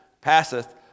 passeth